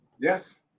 Yes